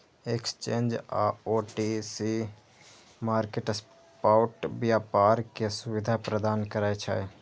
exchange आ OTC market spot व्यापार के सुविधा प्रदान करै छै